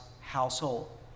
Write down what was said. household